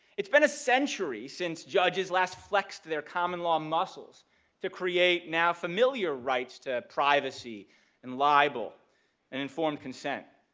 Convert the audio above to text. it's been a century since judges last flexed their common law muscles to create now-familiar rights to privacy and libel and informed consent.